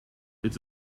it’s